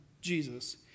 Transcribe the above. Jesus